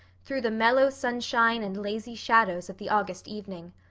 through the mellow sunshine and lazy shadows of the august evening.